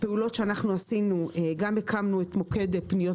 הפעולות שאנחנו עשינו: הקמת מוקד פניות